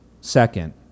Second